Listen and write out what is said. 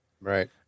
Right